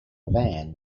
van